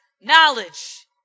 knowledge